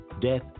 death